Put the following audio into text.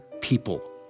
people